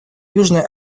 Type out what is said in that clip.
южная